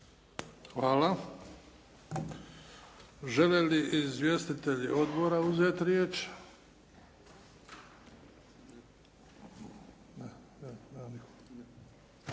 Hvala. Žele li izvjestitelji odbora uzeti riječ?